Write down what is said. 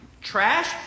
trash